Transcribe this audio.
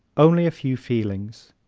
only a few feelings